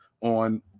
on